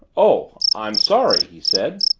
oh i'm sorry he said.